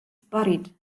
buried